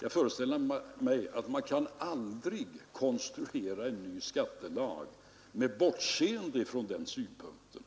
Jag föreställer mig att man aldrig kan konstruera en ny skattelag med bortseende från den synpunkten.